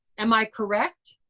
am i correct?